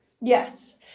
Yes